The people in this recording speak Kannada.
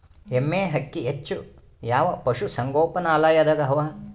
ಎಮ್ಮೆ ಅಕ್ಕಿ ಹೆಚ್ಚು ಯಾವ ಪಶುಸಂಗೋಪನಾಲಯದಾಗ ಅವಾ?